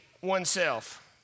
oneself